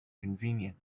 convenient